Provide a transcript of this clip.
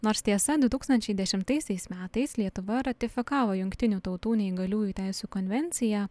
nors tiesa du tūkstančiai dešimtaisiais metais lietuva ratifikavo jungtinių tautų neįgaliųjų teisių konvenciją